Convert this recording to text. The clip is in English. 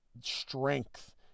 strength